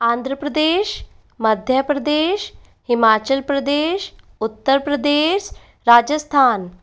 Andhra Pradesh Madhya Pradesh Himachal Pradesh Uttar Pradesh Rajasthan